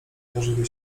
pożywię